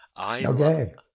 Okay